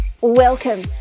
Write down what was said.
Welcome